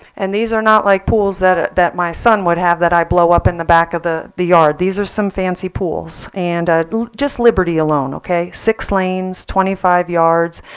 and these are not like pools that ah that my son would have that i blow up in the back of the the yard. these are some fancy pools. and just liberty alone, ok? six lanes, twenty five yards,